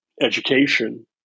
education